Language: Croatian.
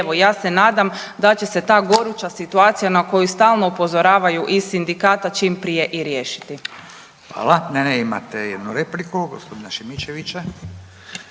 evo, ja se nadam da će se ta goruća situacija na koju stalno upozoravaju iz sindikata čim prije i riješiti. **Radin, Furio (Nezavisni)** Hvala. Ne, ne, imate jednu repliku, g. Šimičevića.